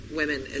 women